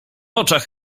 oczach